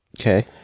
Okay